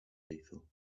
lethal